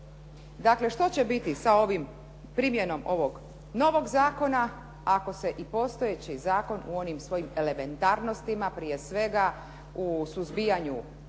Dakle, što će biti sa ovim, primjenom ovog novog zakona ako se i postojeći zakon u onim svojim elementarnostima, prije svega u suzbijanju